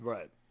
Right